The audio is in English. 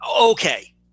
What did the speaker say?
okay